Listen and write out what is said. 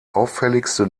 auffälligste